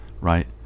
right